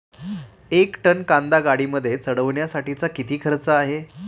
एक टन कांदा गाडीमध्ये चढवण्यासाठीचा किती खर्च आहे?